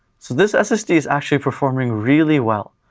so this ssd is actually performing really well.